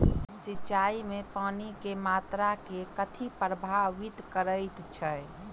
सिंचाई मे पानि केँ मात्रा केँ कथी प्रभावित करैत छै?